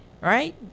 right